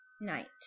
night